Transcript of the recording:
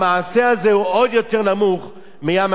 המעשה הזה הוא עוד יותר נמוך מים-המלח.